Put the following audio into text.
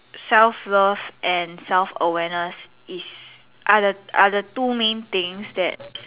self love and self awareness is are the are the two main things that